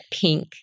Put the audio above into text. pink